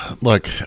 look